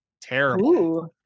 terrible